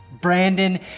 Brandon